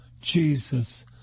Jesus